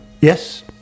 Yes